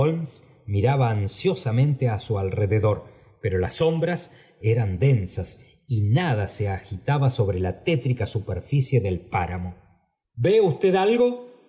miraba ansiosamente á su alrededor pero las sombras eran densas y nada se agitaba sobre la tétrica superficie del páramo ve usted algo